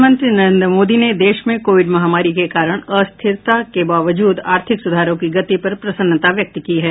प्रधानमंत्री नरेन्द्र मोदी ने देश में कोविड महामारी के कारण अस्थिरता के बावजूद आर्थिक सुधारों की गति पर प्रसन्नता व्यक्त की है